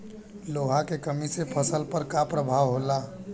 लोहा के कमी से फसल पर का प्रभाव होला?